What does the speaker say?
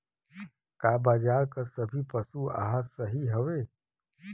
का बाजार क सभी पशु आहार सही हवें?